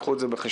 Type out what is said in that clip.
קחו זאת בחשבון.